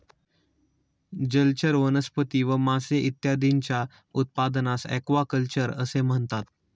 जलचर वनस्पती व मासे इत्यादींच्या उत्पादनास ॲक्वाकल्चर असे म्हणतात